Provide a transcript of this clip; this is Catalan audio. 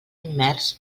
immers